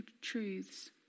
truths